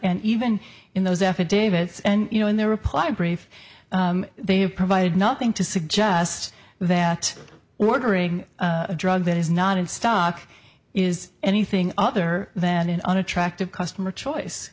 and even in those affidavits and you know in their reply brief they have provided nothing to suggest that ordering a drug that is not in stock is anything other than an unattractive customer choice